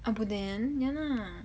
abuden ya lah